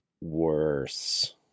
Worse